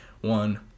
one